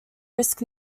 risk